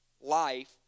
life